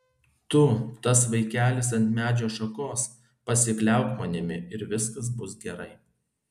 tu tas vaikelis ant medžio šakos pasikliauk manimi ir viskas bus gerai